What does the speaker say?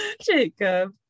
Jacob